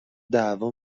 دعوا